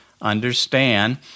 understand